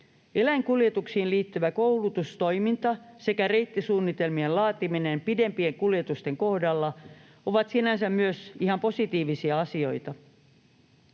eläinkuljetuksiin liittyvä koulutustoiminta sekä reittisuunnitelmien laatiminen pidempien kuljetusten kohdalla ovat sinänsä ihan positiivisia asioita.